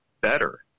better